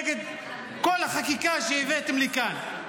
נגד כל החקיקה שהבאתם לכאן.